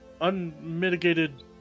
unmitigated